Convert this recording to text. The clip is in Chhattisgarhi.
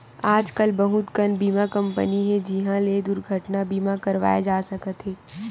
आजकल बहुत कन बीमा कंपनी हे जिंहा ले दुरघटना बीमा करवाए जा सकत हे